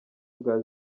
bwa